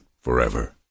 Forever